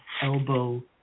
elbow